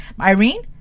Irene